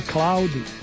Cloudy